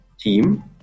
team